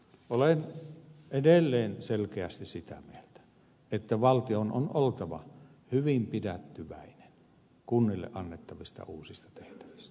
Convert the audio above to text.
olen edelleen selkeästi sitä mieltä että valtion on oltava hyvin pidättyväinen kunnille annettavista uusista tehtävistä